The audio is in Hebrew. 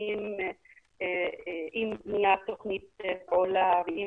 מצליחים עם בניית תוכנית פעולה ועם